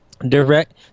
Direct